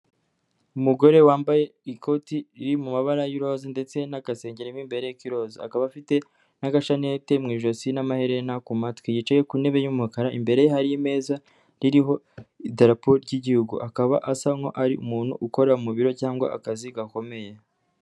Umugore wambaye ikoti riri mu mabara y'iroza ndetse n'akazengeri mo imbere iroza, akaba afite n'agashaneti mu ijosi n'amaherena ku matwi, yicaye ku ntebe y'umukara imbere ye hari imeza ririho idarapo ry'igihugu, akaba asa nk'aho ari umuntu ukora mu biro cyangwa akazi gakomeye.